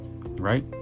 Right